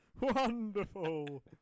Wonderful